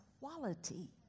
quality